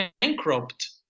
bankrupt